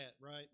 right